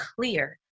clear